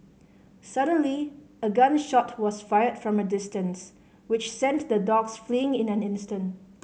suddenly a gun shot was fired from a distance which sent the dogs fleeing in an instant